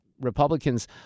Republicans